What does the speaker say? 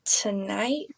Tonight